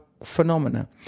phenomena